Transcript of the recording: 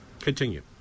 Continue